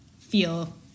feel